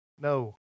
No